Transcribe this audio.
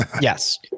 Yes